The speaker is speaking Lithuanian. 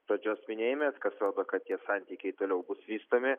pradžios minėjime kas rodo kad tie santykiai toliau bus vystomi